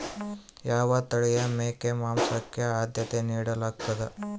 ಯಾವ ತಳಿಯ ಮೇಕೆ ಮಾಂಸಕ್ಕೆ, ಆದ್ಯತೆ ನೇಡಲಾಗ್ತದ?